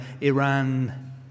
Iran